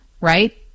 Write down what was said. right